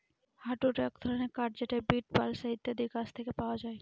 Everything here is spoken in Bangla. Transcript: হার্ডউড এক ধরনের কাঠ যেটা বীচ, বালসা ইত্যাদি গাছ থেকে পাওয়া যায়